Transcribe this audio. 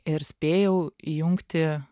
ir spėjau įjungti